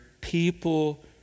people